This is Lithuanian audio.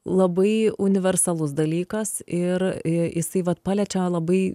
labai universalus dalykas ir jisai vat paliečia labai